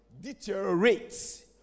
deteriorates